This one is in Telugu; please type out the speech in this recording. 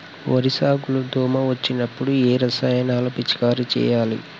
వరి సాగు లో దోమ వచ్చినప్పుడు ఏ రసాయనాలు పిచికారీ చేయాలి?